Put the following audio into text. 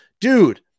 Dude